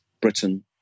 Britain